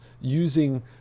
using